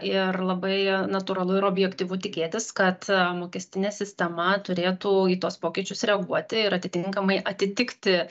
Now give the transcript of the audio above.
ir labai natūralu ir objektyvu tikėtis kad mokestinė sistema turėtų į tuos pokyčius reaguoti ir atitinkamai atitikti